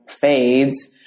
fades